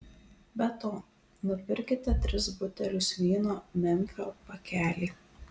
be to nupirkite tris butelius vyno memfio pakelį